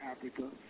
Africa